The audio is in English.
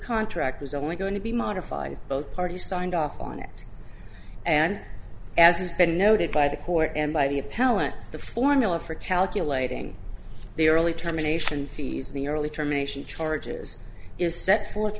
contract was only going to be modified both parties signed off on it and as has been noted by the court and by the appellant the formula for calculating the early termination fees the early termination charges is set forth